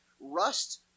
Rust